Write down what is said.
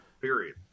period